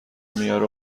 میاره